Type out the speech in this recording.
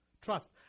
trust